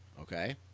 okay